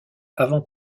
avant